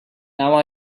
now